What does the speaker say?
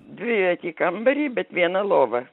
dvivietį kambarį bet viena lova